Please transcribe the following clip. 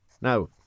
Now